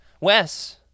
Wes